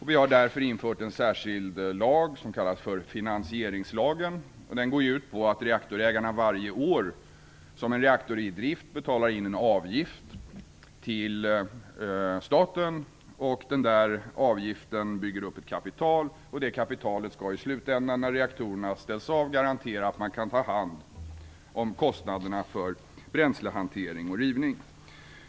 Vi har därför infört en särskild lag som kallas finansieringslagen. Den går ut på att reaktorägarna varje år som en reaktor är i drift betalar in en avgift till staten; den avgiften bygger upp ett kapital och det kapitalet skall när reaktorerna ställs av garantera att man kan ta hand om kostnaderna för bränslehantering och rivning.